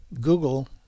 Google